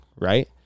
right